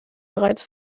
bereits